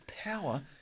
power